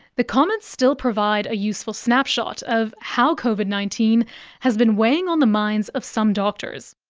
the comments still provide a useful snapshot of how covid nineteen has been weighing on the minds of some doctors.